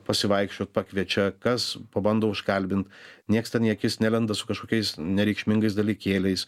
pasivaikščiot pakviečia kas pabando užkalbint nieks ten į akis nelenda su kažkokiais nereikšmingais dalykėliais